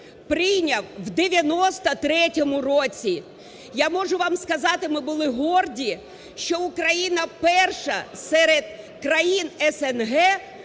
прийняв в 1993 році. Я можу вам сказати, ми були горді, що Україна перша серед країн СНД